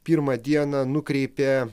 pirmą dieną nukreipė